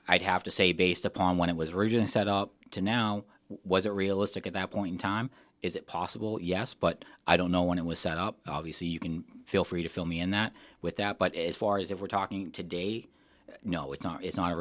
i have to say based upon what it was originally set up to now was it realistic at that point in time is it possible yes but i don't know when it was set up obviously you can feel free to fill me in that with that but as far as if we're talking today no it's not it's not